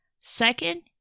Second